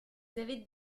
avez